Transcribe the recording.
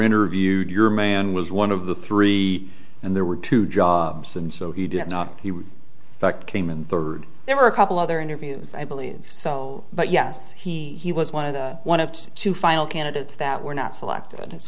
interviewed your man was one of the three and there were two jobs and so he did not he would that came in third there were a couple other interviews i believe so but yes he he was one of the one of two final candidates that were not selected as